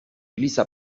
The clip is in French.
glissa